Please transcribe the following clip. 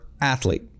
athlete